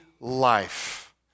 life